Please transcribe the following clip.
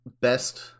best